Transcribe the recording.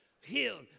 healed